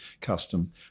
custom